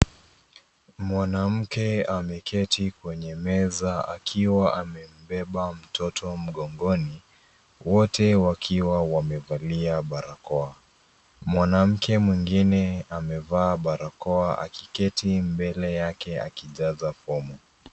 Mwanamke ameketi kwenye meza akiwa ame beba mtoto mgongoni, wote wakiwa wamevalia barakoa. Mwanamke mwingine amevaa barakoa akiketi mbele yake akijaza fomu.